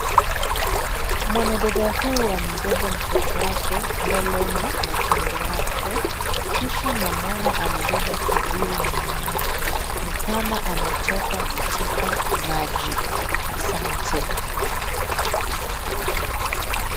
Mwanadada huu amebeba mtoto wake mbeleni mwa tumbo wake, kisha namwona amebeba kibuyu nyuma yake, ni kama ametoka kuteka maji asante.